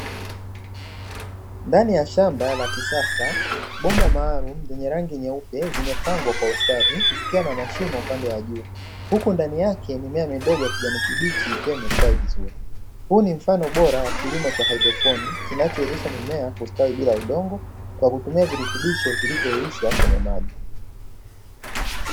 Ndani ya shamba la kisasa bomba maalumu lenye rangi nyeupe zimepangwa kwa ustadi zikiwa na mashimo upande wa juu, huku ndani yake mimea midogo ya kijani kibichi ikiwa imestawi vizuri. Huu ni mfano bora wa kilimo cha haidroponi kinachowezesha mimea kustawi bila udongo kwa kutumia virutubisho vilivyoyeyushwa kwenye maji.